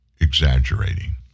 exaggerating